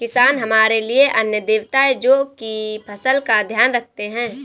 किसान हमारे लिए अन्न देवता है, जो की फसल का ध्यान रखते है